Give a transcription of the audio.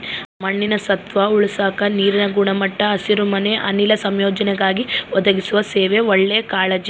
ಮಣ್ಣಿನ ಸತ್ವ ಉಳಸಾಕ ನೀರಿನ ಗುಣಮಟ್ಟ ಹಸಿರುಮನೆ ಅನಿಲ ಸಂಯೋಜನೆಗಾಗಿ ಒದಗಿಸುವ ಸೇವೆ ಒಳ್ಳೆ ಕಾಳಜಿ